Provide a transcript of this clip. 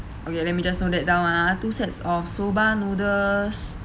okay let me just note that down ah two sets of soba noodles